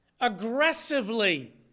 aggressively